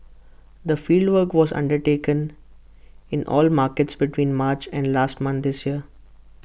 the fieldwork was undertaken in all markets between March and last month this year